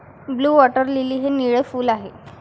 blue water lily हे निळे फूल आहे